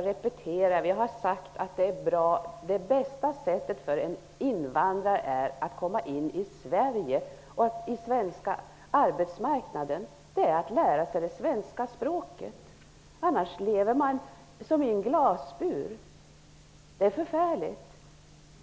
repetera vad jag har sagt, nämligen att det bästa sättet för en invandrare att komma in på den svenska arbetsmarknaden är att lära sig svenska språket. Annars får de leva som i en glasbur, vilket självfallet vore förfärligt.